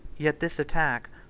yet this attack,